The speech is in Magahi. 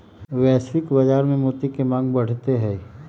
वैश्विक बाजार में मोती के मांग बढ़ते हई